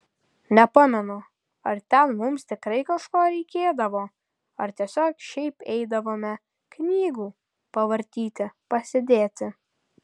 nepamenu ar ten mums tikrai kažko reikėdavo ar tiesiog šiaip eidavome knygų pavartyti pasėdėti